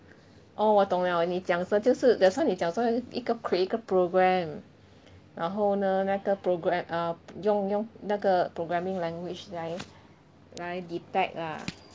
orh 我懂了你讲的就是 that's why 你讲说一个 create 一个 program 然后呢那个 program err 用用那个 programming language 来来 detect lah